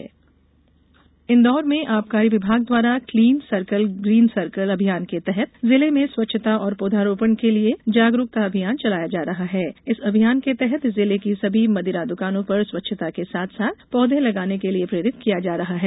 green अभियान इंदौर में आबकारी विभाग द्वारा क्लीन सर्कल ग्रीन सर्कल अभियान के तहत जिले में स्वच्छता और पौधारोपण के लिए जागरूकता अभियान चलाया जा रहा है इस अभियान के तहत जिले की सभी मदिरा दुकानों पर स्वच्छता के साथ साथ पौधे लगाने के लिए प्रेरित किया जा रहा है